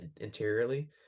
interiorly